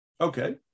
Okay